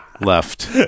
left